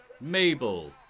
Mabel